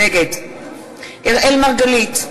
נגד אראל מרגלית,